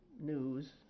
news